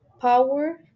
power